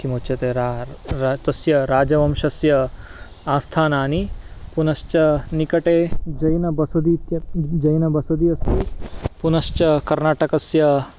किमुच्यते रा रा तस्य राजवंशस्य आस्थानानि पुनश्च निकटे जैनबसदि इत्य अस्ति पुनश्च कर्नाटकस्य